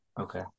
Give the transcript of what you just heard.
Okay